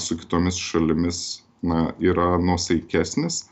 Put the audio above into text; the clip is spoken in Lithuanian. su kitomis šalimis na yra nuosaikesnis